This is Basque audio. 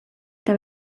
eta